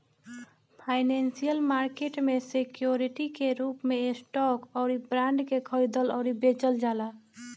financial market में security के रूप में स्टॉक अउरी बॉन्ड के खरीदल अउरी बेचल जाला